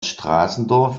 straßendorf